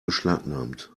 beschlagnahmt